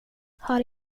har